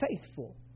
faithful